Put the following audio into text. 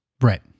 Right